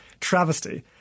travesty